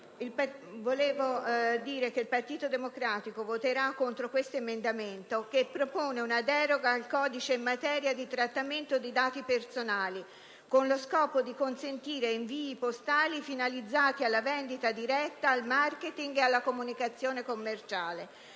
Presidente, il Partito Democratico voterà contro l'emendamento 12.0.4, che propone una deroga al codice in materia di trattamento di dati personali con lo scopo di consentire invii postali finalizzati alla vendita diretta, al *marketing* e alla comunicazione commerciale.